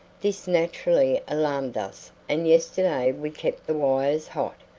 this naturally alarmed us and yesterday we kept the wires hot.